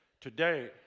today